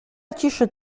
ciszy